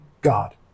God